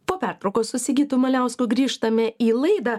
po pertraukos su sigitu maliausku grįžtame į laidą